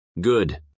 Good